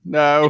no